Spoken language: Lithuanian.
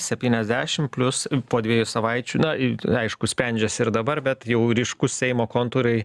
septyniasdešim plius po dviejų savaičių na i aišku sprendžias ir dabar bet jau ryškūs seimo kontūrai